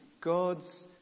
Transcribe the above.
God's